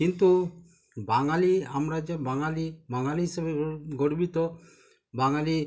কিন্তু বাঙালি আমরা যে বাঙালি বাঙালি হিসাবে গর্বিত বাঙালি